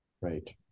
Right